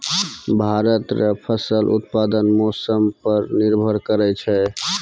भारत रो फसल उत्पादन मौसम पर निर्भर करै छै